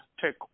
take